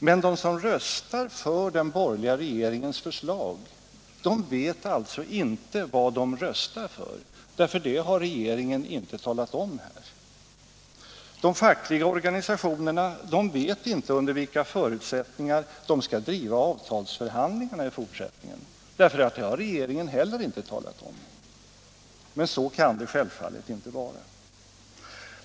Men de som röstar för den borgerliga regeringens förslag vet alltså inte vad de röstar för; det har regeringen inte talat om här. De fackliga organisationerna vet inte under vilka förutsättningar de skall driva avtalsförhandlingarna i fortsättningen, för det har regeringen heller inte talat om. Så kan det självfallet inte vara.